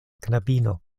knabino